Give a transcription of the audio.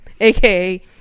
aka